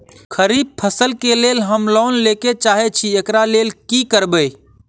खरीफ फसल केँ लेल हम लोन लैके चाहै छी एकरा लेल की करबै?